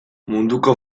munduko